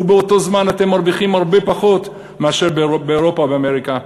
ובאותו זמן אתם מרוויחים הרבה פחות מאשר באירופה או באמריקה,